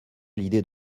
l’idée